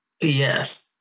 Yes